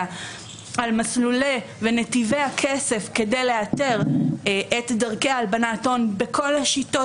על מסלולי ונתיבי הכסף כדי לאתר את דרכי הלבנת ההון בכל השיטות,